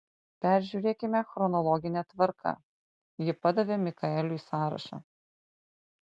peržiūrėkime chronologine tvarka ji padavė mikaeliui sąrašą